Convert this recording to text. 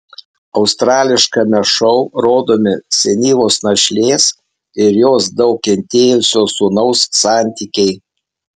australiškame šou rodomi senyvos našlės ir jos daug kentėjusio sūnaus santykiai